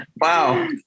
Wow